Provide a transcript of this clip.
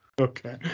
okay